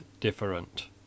different